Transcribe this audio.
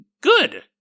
good